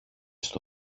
στο